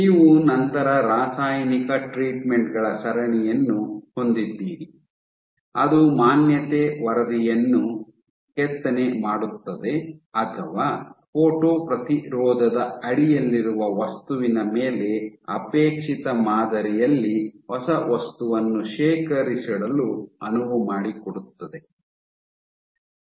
ನೀವು ನಂತರ ರಾಸಾಯನಿಕ ಟ್ರೀಟ್ಮೆಂಟ್ ಗಳ ಸರಣಿಯನ್ನು ಹೊಂದಿದ್ದೀರಿ ಅದು ಮಾನ್ಯತೆ ಮಾದರಿಯನ್ನು ಕೆತ್ತನೆ ಮಾಡುತ್ತದೆ ಅಥವಾ ಫೋಟೋ ಪ್ರತಿರೋಧದ ಅಡಿಯಲ್ಲಿರುವ ವಸ್ತುವಿನ ಮೇಲೆ ಅಪೇಕ್ಷಿತ ಮಾದರಿಯಲ್ಲಿ ಹೊಸ ವಸ್ತುವನ್ನು ಶೇಖರಿಸಿಡಲು ಅನುವು ಮಾಡಿಕೊಡುತ್ತದೆ